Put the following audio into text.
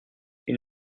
ils